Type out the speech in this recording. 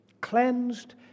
Cleansed